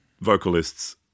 vocalists